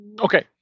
Okay